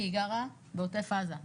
כי היא גרה בעוטף עזה,